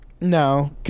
No